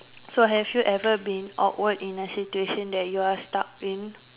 so have you ever been awkward in a situation that you were stuck in